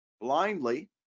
blindly